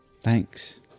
Thanks